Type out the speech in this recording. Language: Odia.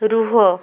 ରୁହ